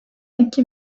iki